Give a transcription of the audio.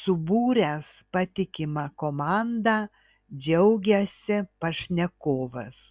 subūręs patikimą komandą džiaugiasi pašnekovas